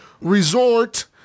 resort